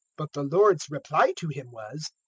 but the lord's reply to him was,